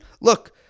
look